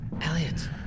Elliot